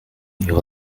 ihre